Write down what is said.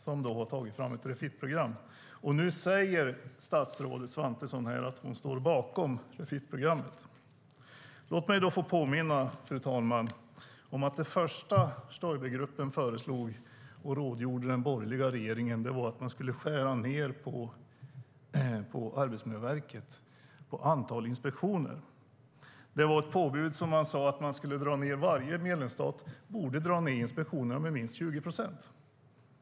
Det är de som har tagit fram ett Refit-program. Nu säger statsrådet Svantesson att hon står bakom Refit-programmet. Låt mig då få påminna om, fru talman, att det första Stoibergruppen föreslog och rådgjorde med den borgerliga regeringen om var att man skulle skära ned på Arbetsmiljöverkets inspektioner. Det var ett påbud. Man sade att varje medlemsstat borde dra ned inspektionerna med minst 20 procent.